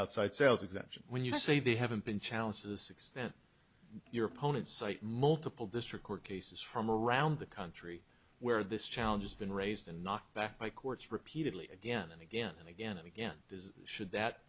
outside sales exemption when you say they haven't been challenged to this extent your opponents cite multiple district court cases from around the country where this challenge is then raised and knocked back by courts repeatedly again and again and again and again is should that